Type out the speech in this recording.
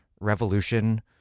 revolution